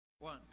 One